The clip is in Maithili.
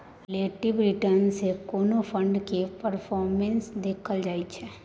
रिलेटिब रिटर्न सँ कोनो फंड केर परफॉर्मेस देखल जाइ छै